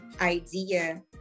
idea